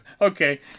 okay